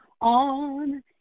on